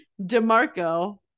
DeMarco